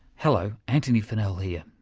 hello, antony funnell here.